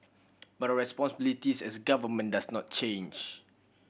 but responsibilities as a government does not change